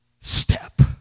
step